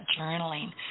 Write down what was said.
journaling